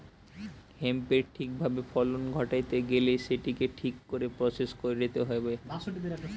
হেম্পের ঠিক ভাবে ফলন ঘটাইতে গেইলে সেটিকে ঠিক করে প্রসেস কইরতে হবে